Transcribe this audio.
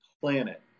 planet